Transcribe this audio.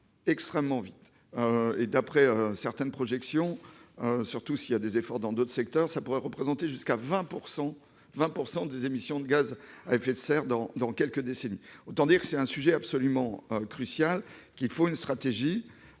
extrêmement vite. D'après certaines projections, surtout si des efforts sont consentis dans d'autres secteurs, cela pourrait représenter jusqu'à 20 % des émissions de gaz à effet de serre dans quelques décennies. Autant dire qu'il s'agit d'un sujet crucial et qu'il faut une stratégie.